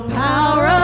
power